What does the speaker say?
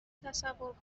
تصور